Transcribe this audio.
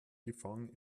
gefangen